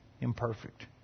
imperfect